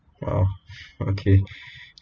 !wow! okay